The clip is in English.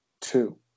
Two